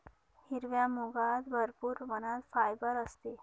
हिरव्या मुगात भरपूर प्रमाणात फायबर असते